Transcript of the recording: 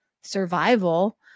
survival